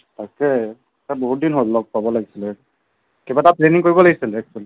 তাকে বহুত দিন হ'ল লগ পাব লাগিছিলে কিবা এটা প্লেনিং কৰিব লাগিছিলে এক্সুৱেলী